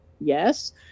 yes